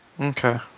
Okay